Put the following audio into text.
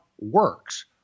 works